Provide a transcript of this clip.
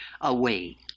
away